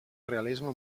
realisme